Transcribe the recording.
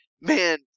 Man